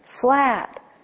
flat